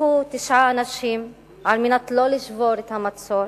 נרצחו תשעה אנשים על מנת לא לשבור את המצור.